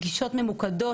גישות ממוקדות,